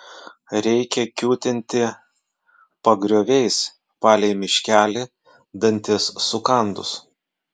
reikia kiūtinti pagrioviais palei miškelį dantis sukandus